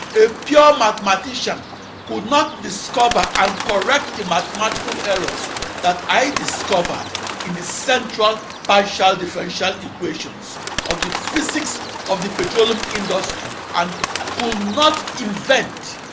a pure mathematician could not discover and correct the mathematical errors that i discovered in the central partial differential equations of the physics of the petroleum industry and could not invent